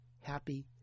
happy